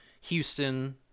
Houston